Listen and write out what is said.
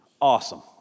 Awesome